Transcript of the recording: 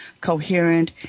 coherent